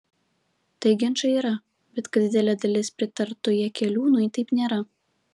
tai ginčai yra bet kad didelė dalis pritartų jakeliūnui taip nėra